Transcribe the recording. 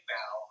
now